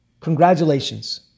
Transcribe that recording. Congratulations